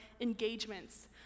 engagements